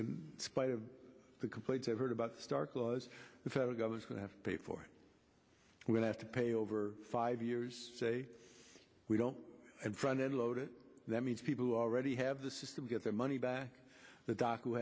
in spite of the complaints i've heard about stark laws the federal government would have to pay for it we would have to pay over five years say we don't and front end loader that means people who already have the system get their money back the doc who